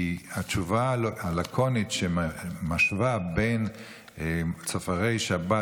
כי התשובה הלקונית שמשווה בין צופרי שבת,